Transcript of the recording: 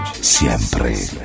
siempre